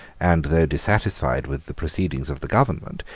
and though dissatisfied with the proceedings of the government,